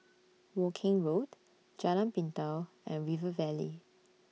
Woking Road Jalan Pintau and River Valley